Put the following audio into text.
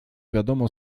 wiadomo